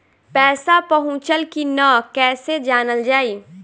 पैसा पहुचल की न कैसे जानल जाइ?